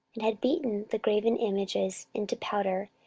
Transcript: and had beaten the graven images into powder,